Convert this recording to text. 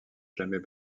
jamais